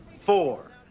four